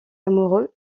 amoureux